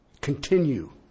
continue